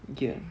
ya